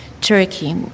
Turkey